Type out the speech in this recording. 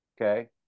Okay